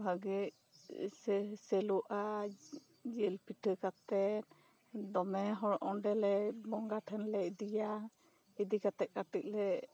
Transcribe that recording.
ᱵᱷᱟᱜᱮ ᱥᱮ ᱥᱮᱞᱚᱜᱼᱟ ᱡᱤᱞ ᱯᱤᱴᱷᱟᱹ ᱠᱟᱛᱮ ᱫᱚᱢᱮ ᱦᱚᱲ ᱚᱸᱰᱮᱞᱮ ᱵᱚᱸᱜᱟ ᱴᱷᱮᱱᱞᱮ ᱤᱫᱤᱭᱟ ᱤᱫᱤ ᱠᱟᱛᱮ ᱠᱟᱹᱴᱤᱡ ᱞᱮ